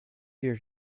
here